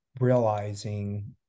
realizing